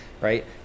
right